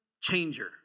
changer